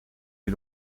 est